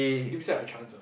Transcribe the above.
give this side a chance ah